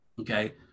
Okay